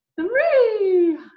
three